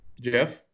Jeff